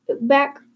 Back